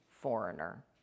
foreigner